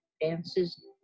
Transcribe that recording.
dances